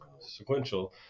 sequential